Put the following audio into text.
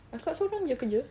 kakak sorang jer kerja